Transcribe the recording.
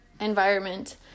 environment